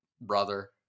Brother